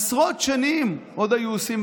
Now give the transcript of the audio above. עשרות שנים עוד היו עושים.